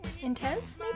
intense